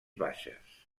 baixes